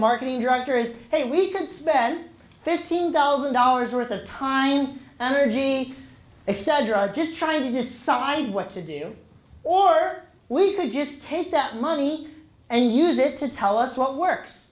marketing director is a reason spent fifteen thousand dollars worth of time and urging they said you are just trying to decide what to do or we could just take that money and use it to tell us what works